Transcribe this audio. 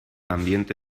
ambiente